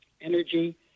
energy